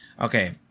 Okay